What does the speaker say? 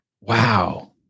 wow